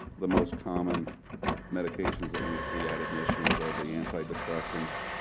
the most common medications that we see at admissions are the antidepressants.